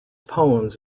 poems